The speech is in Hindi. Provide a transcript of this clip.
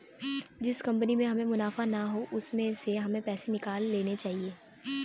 जिस कंपनी में हमें मुनाफा ना हो उसमें से हमें पैसे निकाल लेने चाहिए